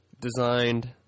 designed